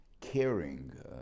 caring